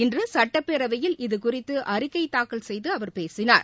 இன்று சட்டப்பேரவையில் இது குறித்து அறிக்கை தாக்கல் செய்து அவர் பேசினார்